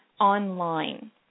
online